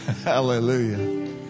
Hallelujah